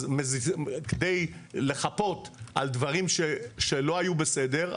כדי לחפות על דברים שלא היו בסדר,